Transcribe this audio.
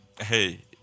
hey